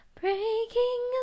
breaking